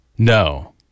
No